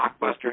blockbuster